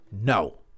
No